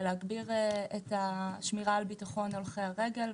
בהגברת השמירה על ביטחון הולכי הרגל.